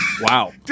Wow